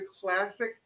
classic